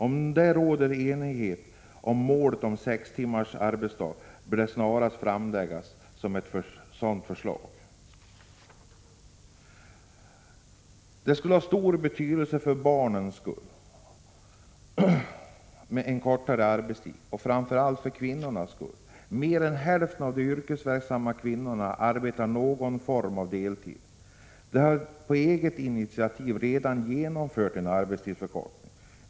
Om det råder enighet om målet om sex timmars arbetsdag, bör ett sådant förslag snarast framläggas. En kortare arbetstid skulle betyda mycket för barnen och framför allt för kvinnorna. Mer än hälften av de yrkesverksamma kvinnorna har i dag någon form av deltidsarbete. De har på eget initiativ redan genomfört en arbetstidsförkortning.